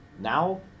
Now